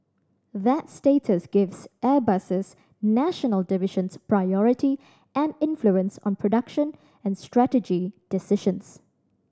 that status gives Airbus's national divisions priority and influence on production and strategy decisions